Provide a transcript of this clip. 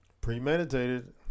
premeditated